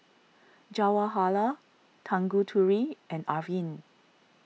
Jawaharlal Tanguturi and Arvind